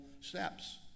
steps